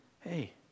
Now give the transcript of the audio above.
hey